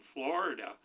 Florida